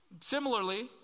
Similarly